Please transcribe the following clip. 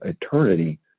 eternity